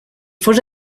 fos